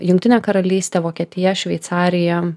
jungtinė karalystė vokietija šveicarija